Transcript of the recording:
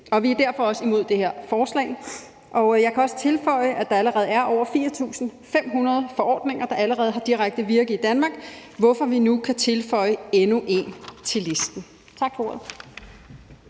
og vi er derfor også imod det her forslag, og jeg kan også tilføje, at der allerede er over 4.500 forordninger, der har direkte virkning i Danmark, hvorfor vi nu kan tilføje endnu en forordning til listen. Tak for ordet.